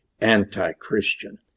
anti-Christian